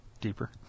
deeper